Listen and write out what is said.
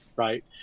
Right